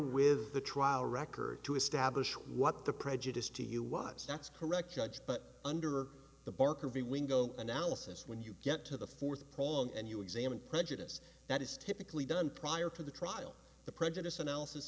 with the trial record to establish what the prejudice to you was that's correct judge but under the bark of the window analysis when you get to the fourth prong and you examine prejudice that is typically done prior to the trial the prejudice analysis